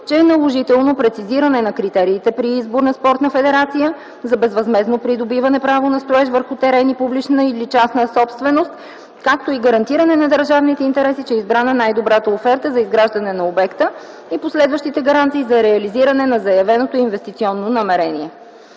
че е наложително прецизиране на критериите при избор на спортна федерация за безвъзмездно придобиване право на строеж върху терени публична или частна собственост, както и гарантиране на държавните интереси, че е избрана най-добрата оферта за изграждане на обекта и последващите гаранции за реализиране на заявеното инвестиционно намерение.